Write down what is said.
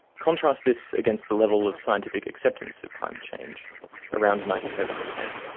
contrast this against the level of scientific acceptance of climate change around ninety seven percent.